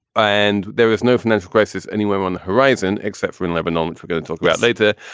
and there is no financial crisis anywhere on the horizon except for in lebanon um and forgot to talk about later.